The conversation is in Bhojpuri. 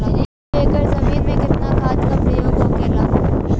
दो एकड़ जमीन में कितना खाद के प्रयोग होखेला?